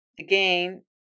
again